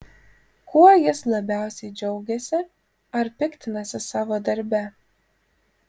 kuo jis labiausiai džiaugiasi ar piktinasi savo darbe